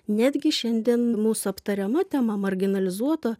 netgi šiandien mūsų aptariama tema marginalizuoto